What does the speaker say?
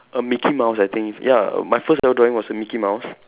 a mickey mouse I think ya my first ever drawing was a mickey mouse